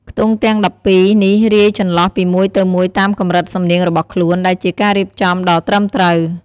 ខ្ទង់ទាំង ១២ នេះរាយចន្លោះពីមួយទៅមួយតាមកម្រិតសំនៀងរបស់ខ្លួន ដែលជាការរៀបចំដ៏ត្រឹមត្រូវ។